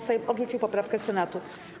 Sejm odrzucił poprawkę Senatu.